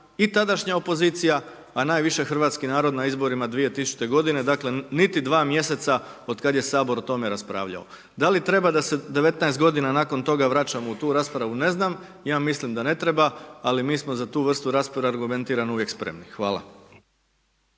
i tadašnja opozicija, a najviše hrvatski narod na izborima 2000. g. dakle, niti 2 mj. od kada je sabor o tome raspravljao. Da li treba da se 19 g. nakon toga vraćamo u tu raspravu ne znam, ja mislim da ne treba, ali mi smo za tu vrstu rasprave argumentirano uvijek spremni. Hvala.